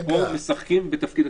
פה משחקים בתפקיד הכנסת.